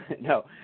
no